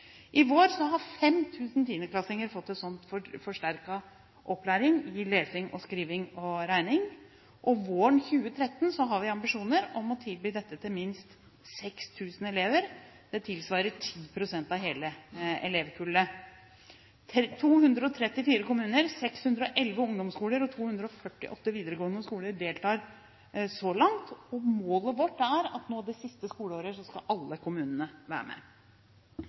I vår har 5 000 10. klassinger fått en sånn forsterket opplæring i lesing, skriving og regning. Våren 2013 har vi ambisjoner om å tilby dette til minst 6 000 elever – det tilsvarer 10 pst. av hele elevkullet. 234 kommuner, 611 ungdomsskoler og 248 videregående skoler deltar så langt. Målet vårt er at nå i det siste skoleåret skal alle kommunene være med.